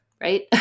right